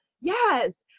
yes